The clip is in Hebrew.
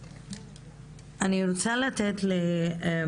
אני רוצה לתת את